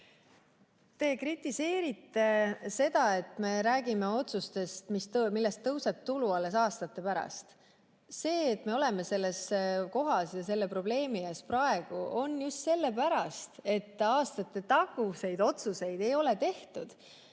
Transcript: Te kritiseerite seda, et me räägime otsustest, millest tõuseb tulu alles aastate pärast. See, et me oleme selles kohas ja selle probleemi ees praegu, on just sellepärast, et neid otsuseid ei ole aastaid